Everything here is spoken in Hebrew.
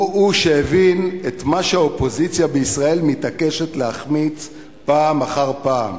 הוא שהבין את מה שהאופוזיציה בישראל מתעקשת להחמיץ פעם אחר פעם.